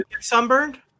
sunburned